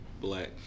black